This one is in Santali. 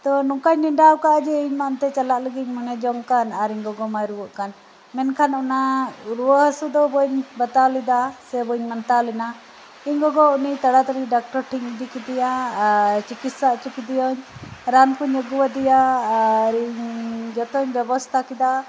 ᱛᱚ ᱱᱚᱝᱠᱟᱧ ᱱᱮᱰᱟᱣ ᱟᱠᱟᱫᱼᱟ ᱡᱮ ᱤᱧ ᱢᱟ ᱚᱱᱛᱮ ᱪᱟᱞᱟᱜ ᱞᱟᱹᱜᱤᱫ ᱢᱚᱱᱮ ᱡᱚᱝ ᱠᱟᱱ ᱟᱨ ᱤᱧ ᱜᱚᱜᱚ ᱢᱟᱭ ᱨᱩᱣᱟᱜ ᱠᱟᱱ ᱢᱮᱱᱠᱷᱟᱱ ᱚᱱᱟ ᱨᱩᱣᱟᱹ ᱦᱟᱹᱥᱩ ᱫᱚ ᱵᱟᱹᱧ ᱵᱟᱛᱟᱣ ᱞᱮᱫᱟ ᱥᱮ ᱵᱟᱹᱧ ᱢᱟᱱᱛᱟᱣ ᱞᱮᱱᱟ ᱤᱧ ᱜᱚᱜᱚ ᱟᱰᱤ ᱛᱟᱲᱟᱛᱟᱲᱤ ᱰᱟᱠᱛᱚᱨ ᱴᱷᱮᱡ ᱤᱧ ᱤᱫᱤ ᱠᱮᱫᱮᱭᱟ ᱟᱨ ᱪᱤᱠᱤᱥᱥᱟ ᱚᱪᱚ ᱠᱮᱫᱮᱭᱟᱹᱧ ᱨᱟᱱ ᱠᱚᱧ ᱟ ᱜᱩ ᱟᱫᱮᱭᱟ ᱟᱨ ᱤᱧ ᱡᱚᱛᱚᱧ ᱵᱮᱵᱚᱥᱛᱟ ᱠᱮᱫᱟ